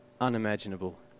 unimaginable